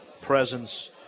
presence